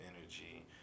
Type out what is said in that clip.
energy